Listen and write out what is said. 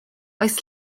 oes